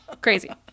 Crazy